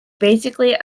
basically